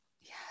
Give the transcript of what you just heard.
Yes